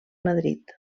madrid